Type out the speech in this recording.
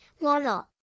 mortal